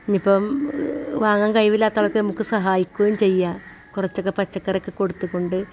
നിപ്പോൾ വാങ്ങാൻ കഴിവില്ലാത്തവർക്ക് സഹായിക്കുകയും ചെയ്യാം കുറച്ചൊക്കെ പച്ചക്കറിക്ക് കൊടുത്തുകൊണ്ട്